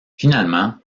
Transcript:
finalement